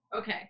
okay